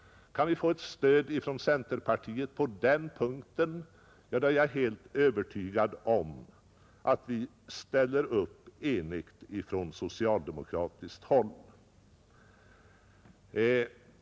Om vi kan få stöd från centerpartiet på den punkten, så är jag helt övertygad om att vi ställer upp eniga från socialdemokratiskt håll.